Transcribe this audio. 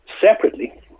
separately